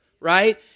right